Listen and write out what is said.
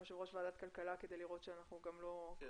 יושב ראש ועדת הכלכלה כדי לראות שאנחנו לא פולשים,